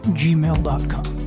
gmail.com